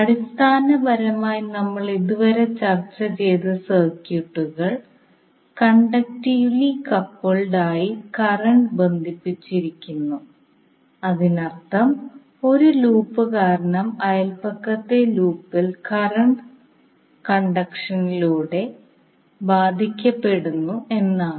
അടിസ്ഥാനപരമായി നമ്മൾ ഇതുവരെ ചർച്ച ചെയ്ത സർക്യൂട്ടുകൾ കണ്ടക്ടക്റ്റിവ്ലി കപ്പിൾഡ് ആയി കറണ്ട് ബന്ധിപ്പിച്ചിരിക്കുന്നു അതിനർത്ഥം ഒരു ലൂപ്പ് കാരണം അയൽപക്കത്തെ ലൂപ്പിൽ കറണ്ട് കണ്ടക്ഷനിലൂടെ ബാധിക്കപ്പെടുന്നു എന്നാണ്